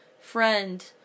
friend